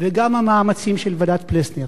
וגם המאמצים של ועדת-פלסנר,